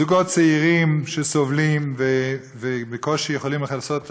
זוגות צעירים שסובלים ובקושי יכולים לכסות את